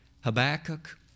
Habakkuk